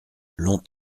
long